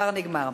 עבר נגמר.